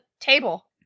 table